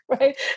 right